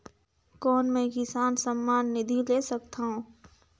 कौन मै किसान सम्मान निधि ले सकथौं?